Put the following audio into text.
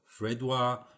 Fredwa